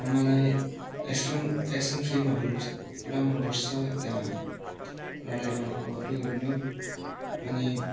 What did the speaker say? मलाई action action फिल्महरू पुरा मनपर्छ त्यहाँ लडाइँ गरेकोहरू हेर्नु अनि